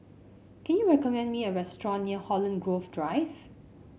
can you recommend me a restaurant near Holland Grove Drive